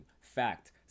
Fact